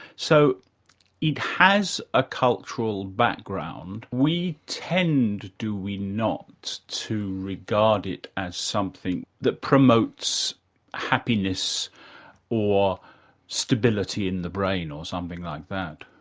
so it has a cultural background. we tend, do we not, to regard it as something that promotes happiness or stability in the brain or something like that?